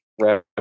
wrap